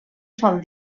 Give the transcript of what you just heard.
sol